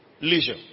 leisure